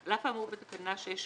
על אף האמור בתקנה 6(ג),